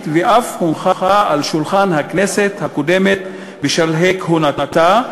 ואף הונחה על שולחן הכנסת הקודמת בשלהי כהונתה,